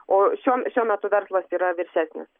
o šiuo metu verslas yra viršesnis